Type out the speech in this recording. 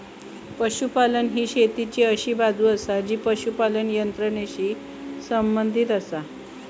पशुपालन ही शेतीची अशी बाजू आसा जी पशुपालन यंत्रणेशी संबंधित आसा